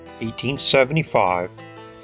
1875